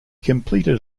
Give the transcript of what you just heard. completed